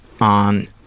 on